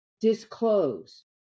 disclose